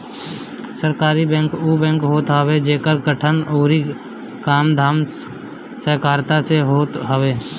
सहकारी बैंक उ बैंक होत हवे जेकर गठन अउरी कामधाम सहकारिता पे होत हवे